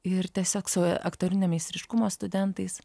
ir tiesiog svajoja aktorinio meistriškumo studentais